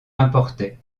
importait